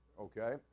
okay